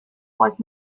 was